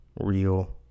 real